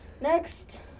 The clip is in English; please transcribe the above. next